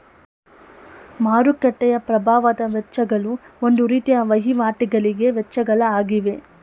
ಮಾರುಕಟ್ಟೆಯ ಪ್ರಭಾವದ ವೆಚ್ಚಗಳು ಒಂದು ರೀತಿಯ ವಹಿವಾಟಿಗಳಿಗೆ ವೆಚ್ಚಗಳ ಆಗಿವೆ